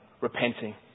repenting